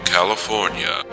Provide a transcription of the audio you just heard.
California